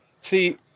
See